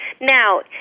Now